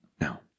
Now